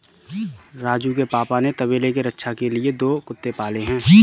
राजू के पापा ने तबेले के रक्षा के लिए दो कुत्ते पाले हैं